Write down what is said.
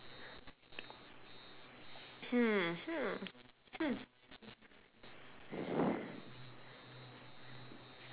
hmm hmm hmm